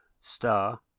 Star